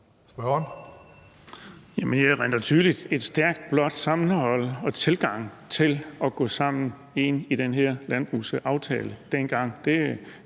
Bonnesen (V): Jeg erindrer tydeligt et stærkt blåt sammenhold og en stærk blå tilgang til at gå sammen ind i den her landbrugsaftale dengang.